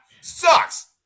sucks